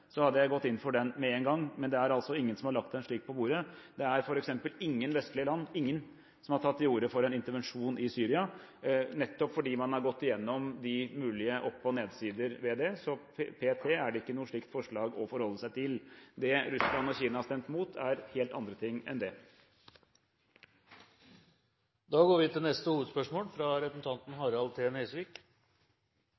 hadde jeg gått inn for den med en gang, men det er altså ingen som har lagt en slik på bordet. Det er f.eks. ingen vestlige land – ingen – som har tatt til orde for en intervensjon i Syria, nettopp fordi man har gått igjennom de mulige opp- og nedsider ved det. Så p.t. er det ikke noe slikt forslag å forholde seg til. Det Russland og Kina har stemt mot, er helt andre ting enn det. Da går vi til neste hovedspørsmål.